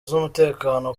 z’umutekano